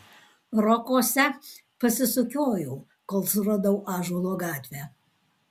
rokuose pasisukiojau kol suradau ąžuolo gatvę